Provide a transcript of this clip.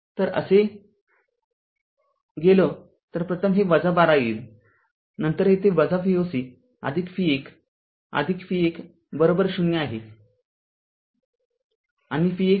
तर असे गेलो तर प्रथम हे १२ येईल नंतर येथे V o c v १ v १० आहे